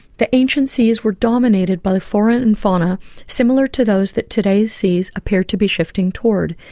the ancient seas were dominated by flora and fauna similar to those that today's seas appear to be shifting toward.